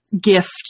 gift